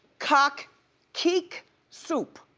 kaq'ik kaq'ik soup.